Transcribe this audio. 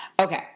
Okay